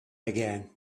again